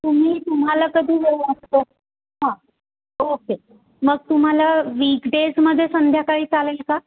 तुम्ही तुम्हाला कधी वेळ असतो हां ओके मग तुम्हाला वीक डेजमध्ये संध्याकाळी चालेल का